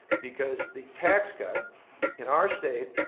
because the tax cut in our state,